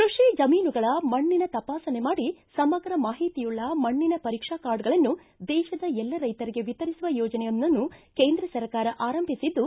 ಕೃಷಿ ಜಮೀನುಗಳ ಮಣ್ಣಿನ ತಪಾಸಣೆ ಮಾಡಿ ಸಮಗ್ರ ಮಾಹಿತಿಯುಳ್ಳ ಮಣ್ಣಿನ ಪರೀಕ್ಷಾ ಕಾರ್ಡ್ಗಳನ್ನು ದೇಶದ ಎಲ್ಲ ರೈತರಿಗೆ ವಿತರಿಸುವ ಯೋಜನೆಯನ್ನು ಕೇಂದ್ರ ಸರ್ಕಾರ ಆರಂಭಿಸಿದ್ದು